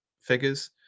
figures